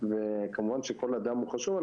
וכמובן שכל אדם חשוב,